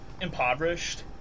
impoverished